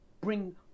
bring